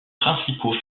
principaux